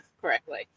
correctly